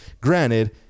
Granted